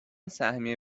سهمیه